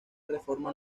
reforma